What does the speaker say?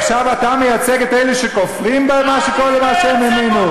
עכשיו אתה מייצג את אלה שכופרים בכל מה שהם האמינו?